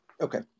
Okay